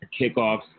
Kickoffs